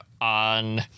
on